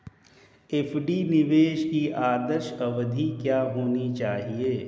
FD निवेश की आदर्श अवधि क्या होनी चाहिए?